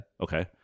Okay